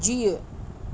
जीउ